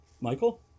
Michael